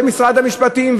ומשרד המשפטים,